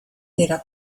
della